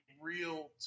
real